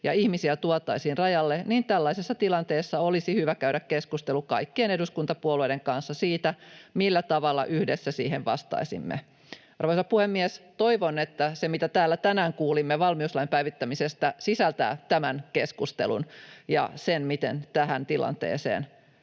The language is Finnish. ja ihmisiä tuotaisiin rajalle, niin tällaisessa tilanteessa olisi hyvä käydä keskustelu kaikkien eduskuntapuolueiden kanssa siitä, millä tavalla yhdessä siihen vastaisimme. Arvoisa puhemies! Toivon, että se, mitä täällä tänään kuulimme valmiuslain päivittämisestä, sisältää tämän keskustelun ja sen, miten tähän tilanteeseen